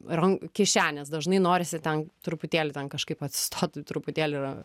ran kišenės dažnai norisi ten truputėlį ten kažkaip atsistotų truputėlį ra